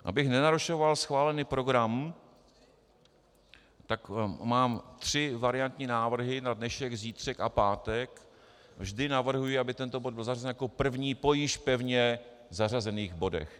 Abych nenarušoval schválený program, tak mám tři variantní návrhy: na dnešek, zítřek a pátek, vždy navrhuji, aby tento bod byl zařazen jako první po již pevně zařazených bodech.